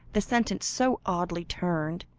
the sentence so oddly turned,